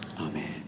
Amen